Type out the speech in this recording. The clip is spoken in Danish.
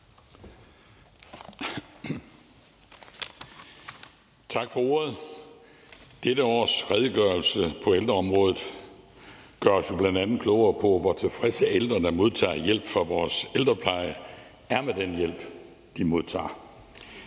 Tak for ordet. Dette års redegørelse på ældreområdet gør os jo bl.a. klogere på, hvor tilfredse ældre, der modtager hjælp fra vores ældrepleje, er med den hjælp, de modtager.